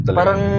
Parang